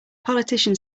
politician